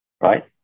right